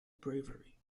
bravery